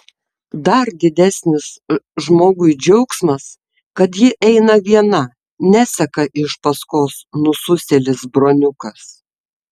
dar didesnis žmogui džiaugsmas kad ji eina viena neseka iš paskos nususėlis broniukas